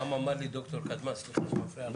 פעם אמר לי ד"ר קדמן, הוא